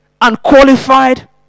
unqualified